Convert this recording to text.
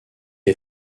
est